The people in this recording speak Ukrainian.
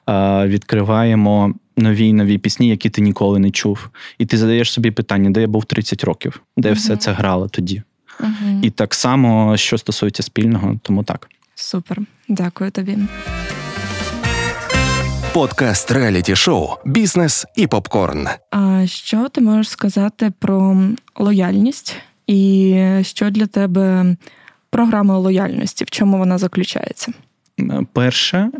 відкриваємо нові й нові пісні, які ти ніколи не чув. І ти задаєш собі питання, «Де я був 30 років? Де Мгм. все це грало тоді?» Мгм. І так само, що стосується спільного, тому так. Супер. Дякую тобі. Подкаст реаліті-шоу «Бізнес і попкорн». А що ти можеш сказати про, м, лояльність? І, е, що для тебе, м, програма лояльності? В чому вона заключається? М, перше,